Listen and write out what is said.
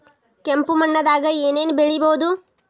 ಕೆಂಪು ಮಣ್ಣದಾಗ ಏನ್ ಏನ್ ಬೆಳಿಬೊದು?